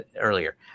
earlier